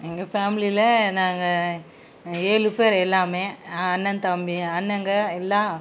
எங்கள் ஃபேமிலியில நாங்கள் ஏழு பேர் எல்லாமே அண்ணன் தம்பி அண்ணங்க எல்லாம்